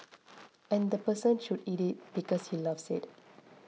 and the person should eat it because he loves it